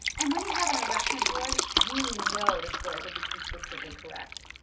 and, when you have an arachnid board you know the scores will be consistently correct.